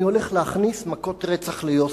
אני הולך להכניס מכות רצח ליוסי,